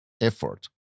effort